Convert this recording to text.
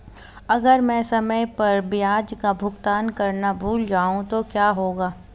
अगर मैं समय पर ब्याज का भुगतान करना भूल जाऊं तो क्या होगा?